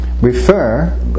refer